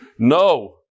no